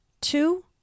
Two